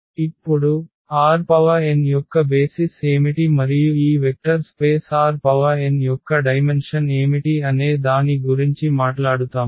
ఇప్పుడు Rn యొక్క basis ఏమిటి మరియు ఈ వెక్టర్ స్పేస్ Rn యొక్క డైమెన్షన్ ఏమిటి అనే దాని గురించి మాట్లాడుతాము